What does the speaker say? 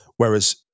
Whereas